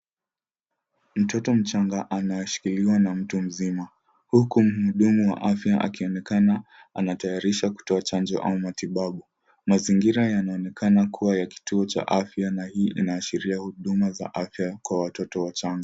Mtoto mchanga anayeshikiliwa na mtu mzima, huku mhudumu wa afya akionekana anatayarisha kutoa chanjo au matibabu. Mazingira yanaonekana kuwa ya kituo cha afya na hii inaasharia huduma za afya kwa watoto wachanga.